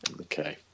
okay